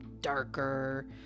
darker